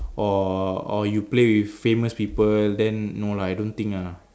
or or you play with famous people then no lah I don't think lah